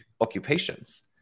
occupations